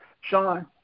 Sean